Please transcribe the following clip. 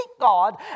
God